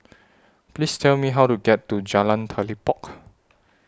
Please Tell Me How to get to Jalan Telipok